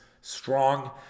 strong